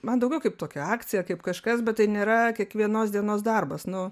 man daugiau kaip tokia akcija kaip kažkas bet tai nėra kiekvienos dienos darbas nu